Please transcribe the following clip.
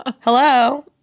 Hello